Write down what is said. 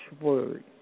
word